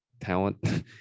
talent